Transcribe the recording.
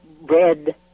red